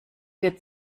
wird